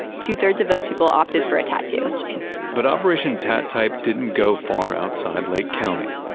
two-thirds of those people opted for a tattoo but operation tat type didn't go far outside lake county.